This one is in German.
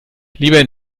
lieber